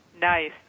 Nice